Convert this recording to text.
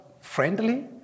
friendly